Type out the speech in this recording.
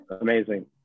amazing